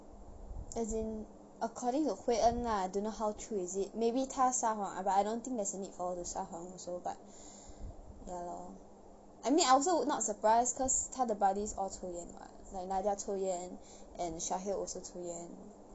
as in according to hui en lah don't know how true is it maybe 她撒谎 ah but I don't think there's a need for her to 撒谎 also but ya lor I mean I also woul~ not surprise cause 她的 buddies all 抽烟 [what] like nadiah 抽烟 and shahil also 抽烟